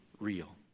real